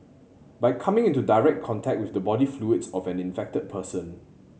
by coming into direct contact with the body fluids of an infected person